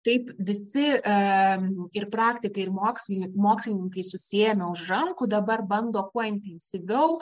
taip visi e ir praktikai ir mokslin mokslininkai susiėmę už rankų dabar bando kuo intensyviau